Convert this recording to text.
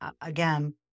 again